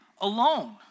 alone